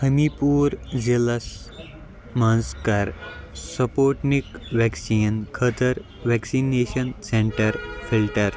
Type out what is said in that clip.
ہمیٖرپوٗر ضلعس مَنٛز کَر سپُوٹنِک ویکسیٖن خٲطرٕ ویکسِنیٚشن سینٛٹر فِلٹر